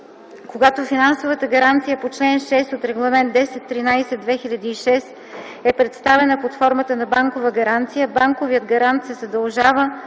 Когато финансовата гаранция по чл. 6 от Регламент 1013/2006 е представена под формата на банкова гаранция, банковият гарант се задължава